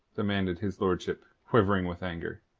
demanded his lordship, quivering with anger.